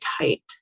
tight